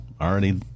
already